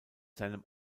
seinem